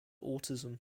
autism